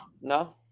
No